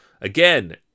Again